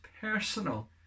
personal